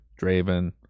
draven